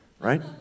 right